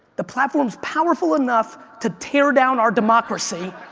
the platform's powerful enough to tear down our democracy